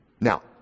Now